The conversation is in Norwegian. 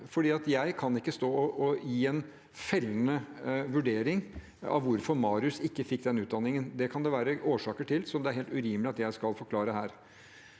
jeg kan ikke stå og gi en fellende vurdering av hvorfor Marius ikke fikk den behandlingen. Det kan det være årsaker til som det er helt urimelig at jeg skal forklare her.